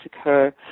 occur